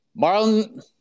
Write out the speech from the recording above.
Marlon